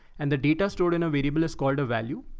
and the data stored in a variable is called a value.